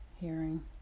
hearing